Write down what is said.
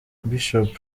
bishop